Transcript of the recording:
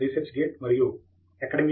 research gate మరియు academia